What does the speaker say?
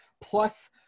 plus